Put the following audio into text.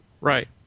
Right